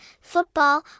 football